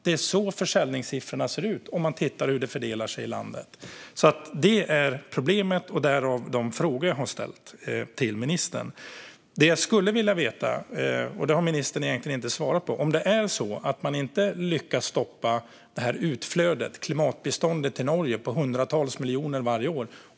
Det är så försäljningssiffrorna ser ut om man tittar på hur det fördelar sig i landet. Det är alltså problemet, och därav har jag ställt de frågor jag har ställt till ministern. Det jag skulle vilja veta, och det har ministern egentligen inte svarat på, är vad som händer om man inte lyckas stoppa det här utflödet, klimatbiståndet till Norge på hundratals miljoner varje år.